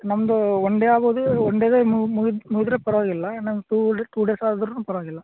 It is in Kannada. ನಮ್ಮದು ಒನ್ ಡೇ ಆಗ್ಬೋದು ಒನ್ ಡೇದಲ್ಲಿ ಮುಗಿದ್ರೆ ಪರವಾಗಿಲ್ಲ ಇನ್ನೊಂದು ಟೂ ಡೇ ಟೂ ಡೇಸಾದ್ರೂ ಪರವಾಗಿಲ್ಲ